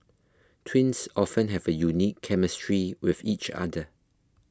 twins often have a unique chemistry with each other